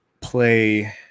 play